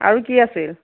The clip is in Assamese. আৰু কি আছিল